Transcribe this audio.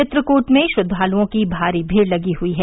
चित्रकूट में श्रद्वालुओं की भारी भीड़ लगी हुई है